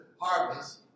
harvest